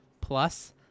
plus